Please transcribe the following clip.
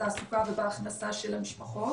בתעסוקה ובהכנסה של המשפחות